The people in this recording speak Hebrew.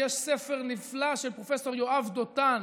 יש ספר נפלא של פרופ' יואב דותן,